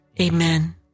Amen